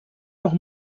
noch